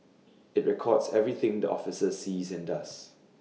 IT records everything the officer sees and does